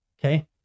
okay